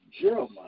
Jeremiah